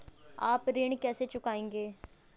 आप ऋण कैसे चुकाएंगे?